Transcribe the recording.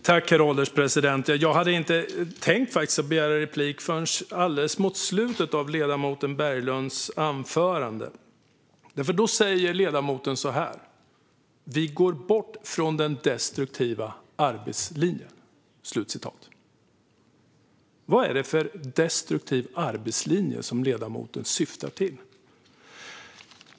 Herr ålderspresident! Jag hade inte tänkt begära replik förrän alldeles mot slutet av ledamoten Berglunds anförande. Då säger ledamoten så här: Vi går bort från den destruktiva arbetslinjen. Vad är det för destruktiv arbetslinje som ledamoten syftar på?